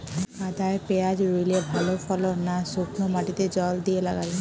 কাদায় পেঁয়াজ রুইলে ভালো ফলন না শুক্নো মাটিতে জল দিয়ে লাগালে?